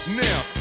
now